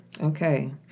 Okay